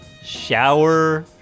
Shower